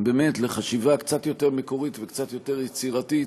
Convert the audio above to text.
באמת לחשיבה קצת יותר מקורית וקצת יותר יצירתית,